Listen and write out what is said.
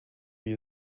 wie